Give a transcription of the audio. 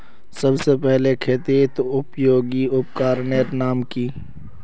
सबसे पहले खेतीत उपयोगी उपकरनेर नाम की?